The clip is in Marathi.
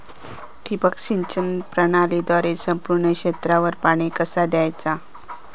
ठिबक सिंचन प्रणालीद्वारे संपूर्ण क्षेत्रावर पाणी कसा दयाचा?